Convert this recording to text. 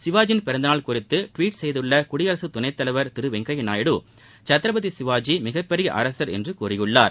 சிவாஜியின் பிறந்தநாள் குறித்து டுவிட் செய்துள்ள குடியரசுத் துணை தலைவர் திரு வெங்கப்யா நாயுடு சத்ரபதி சிவாஜி மிகப்பெரிய அரசர் என்று கூறியுள்ளார்